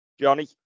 Johnny